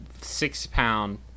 six-pound